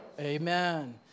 Amen